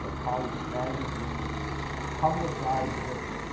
ah collier's magazine publicized it,